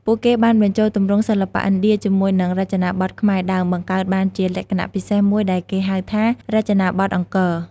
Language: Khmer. ពួកគេបានបញ្ចូលទម្រង់សិល្បៈឥណ្ឌាជាមួយនឹងរចនាបថខ្មែរដើម បង្កើតបានជាលក្ខណៈពិសេសមួយដែលគេហៅថា "រចនាបថអង្គរ"។